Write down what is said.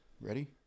Ready